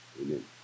Amen